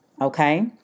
okay